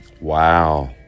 wow